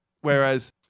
Whereas